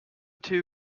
too